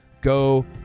go